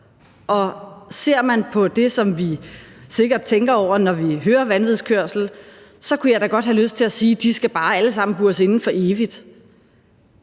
og ser man på det, som vi sikkert tænker på, når vi hører ordet vanvidskørsel, kunne jeg da godt have lyst til at sige: De skal bare alle sammen bures inde for evigt.